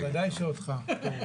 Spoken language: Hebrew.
בוודאי שאותך.